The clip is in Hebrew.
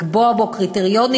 לקבוע בו קריטריונים,